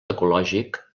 ecològic